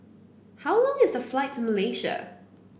how long is the flight to Malaysia